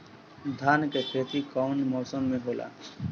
धान के खेती कवन मौसम में होला?